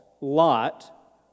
Lot